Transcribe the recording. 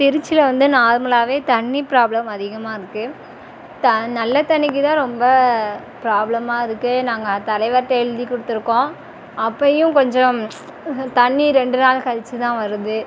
திருச்சியில் வந்து நார்மலாகவே தண்ணி ப்ராப்ளம் அதிகமாகருக்கு த நல்ல தண்ணிக்கிதான் ரொம்ப ப்ராப்ளமாக இருக்குது நாங்கள் தலைவர்கிட்ட எழுதிக் கொடுத்துருக்கோம் அப்பயும் கொஞ்சம் தண்ணி ரெண்டு நாள் கழிச்சிதான் வருது